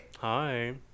Hi